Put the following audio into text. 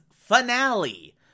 finale